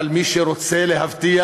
אבל מי שרוצה להבטיח